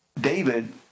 David